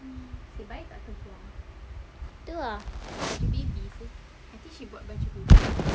tu ah